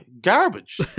garbage